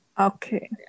Okay